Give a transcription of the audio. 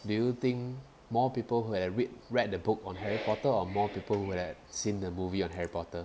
do you think more people who have read read the book on harry potter or more people who had seen the movie on harry potter